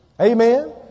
Amen